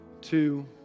two